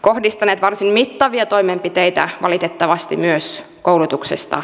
kohdistaneet varsin mittavia toimenpiteitä valitettavasti myös koulutuksesta